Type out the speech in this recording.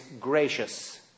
gracious